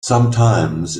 sometimes